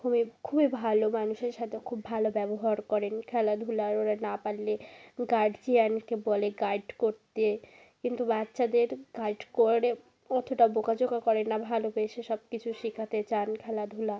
খুবই খুবই ভালো মানুষের সাথে খুব ভালো ব্যবহার করেন খেলাধুলা ওরা না পারলে গার্জিয়ানকে বলে গাইড করতে কিন্তু বাচ্চাদের গাইড করে অতোটা বকাঝকা করে না ভালোবেসে সব কিছু শিখাতে চান খেলাধুলা